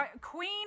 Queen